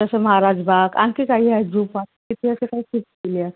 जसं महाराजबाग आणखी काही आहेत झू पार्क तिथे असे काही शिफ्ट केले आहेत